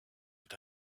but